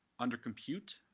under compute,